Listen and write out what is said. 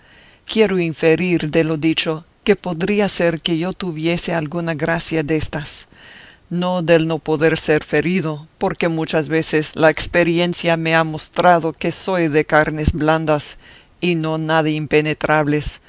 quiero inferir de lo dicho que podría ser que yo tuviese alguna gracia déstas no del no poder ser ferido porque muchas veces la experiencia me ha mostrado que soy de carnes blandas y no nada impenetrables